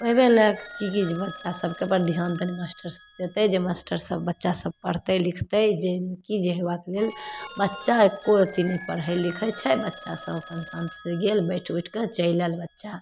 ओहिके लऽ कऽ कि कि जे बच्चासभ बड़ धिआन दैले मास्टरसभ देतै जे मास्टरसभ बच्चासभ पढ़तै लिखतै जाहिमे कि जे हेबाके लेल बच्चा एक्कोरत्ती नहि पढ़ै लिखै छै बच्चासभ अपन शान्तसँ गेल बैठि उठिकऽ चलि आएल बच्चा